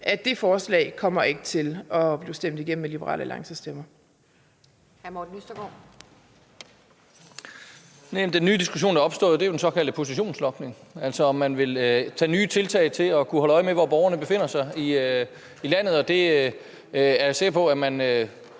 ikke virkede, kommer ikke til at blive stemt igennem med Liberal Alliances stemmer.